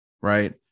right